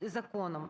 законом.